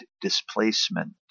displacement